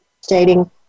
stating